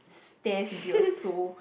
stares into your soul